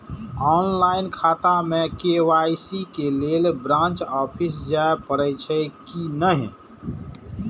Online खाता में KYC के लेल ब्रांच ऑफिस जाय परेछै कि नहिं?